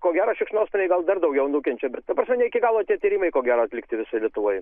ko gero šikšnosparniai gal dar daugiau nukenčia bet ta prasme gal ne iki galo tie tyrimai ko gero atlikti visoj lietuvoj